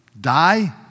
die